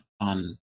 on